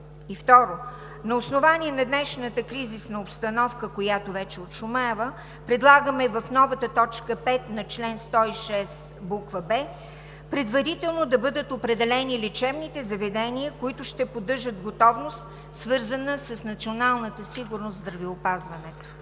Второ, на основание на днешната кризисна обстановка, която вече отшумява, предлагаме в новата т. 5 на чл. 106, буква „б“, предварително да бъдат определени лечебните заведения, които ще поддържат готовност, свързана с националната сигурност в здравеопазването.